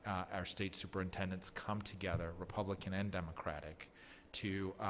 our state superintendents come together republican and democratic to